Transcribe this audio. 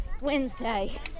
Wednesday